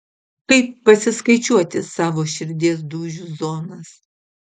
kaip pasiskaičiuoti savo širdies dūžių zonas